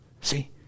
see